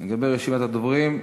לגבי רשימת הדוברים,